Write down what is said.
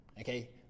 okay